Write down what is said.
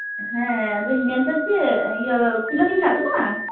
ᱦᱮᱸ ᱟᱫᱚᱧ ᱢᱮᱱ ᱮᱫᱟ ᱪᱮᱫ ᱤᱭᱟᱹ ᱠᱷᱩᱞᱟᱹᱣ ᱜᱮ ᱢᱮᱱᱟᱜ ᱛᱟᱢᱟ